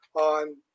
on